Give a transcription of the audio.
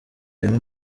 harimo